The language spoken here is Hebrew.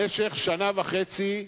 למשך שנה וחצי,